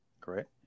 Correct